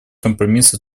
компромисса